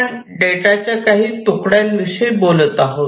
आपण डेटाच्या काही तुकड्यांविषयी बोलत आहोत